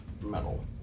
metal